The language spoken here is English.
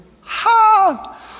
Ha